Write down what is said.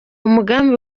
mugambi